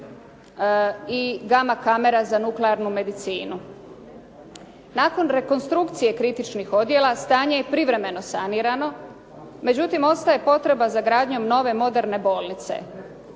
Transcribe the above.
i gama kamera za nuklearnu medicinu. Nakon rekonstrukcije kritičnih odjela stanje je privremeno sanirano. Međutim, ostaje potreba za gradnjom nove moderne bolnice.